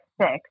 six